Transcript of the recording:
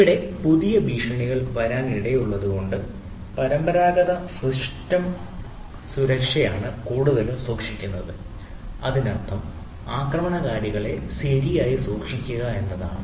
ഇവിടെ പുതിയ ഭീഷണികൾ വരാനിടയുള്ളത് കൊണ്ട് പരമ്പരാഗത സിസ്റ്റം സുരക്ഷയാണ് കൂടുതലും സൂക്ഷിക്കുന്നത് അതിനർത്ഥം ആക്രമണകാരികളെ ശരിയായി സൂക്ഷിക്കുക എന്നതാണ്